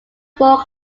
bowl